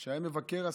שהיה מבקר אסירים,